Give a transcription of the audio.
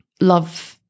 love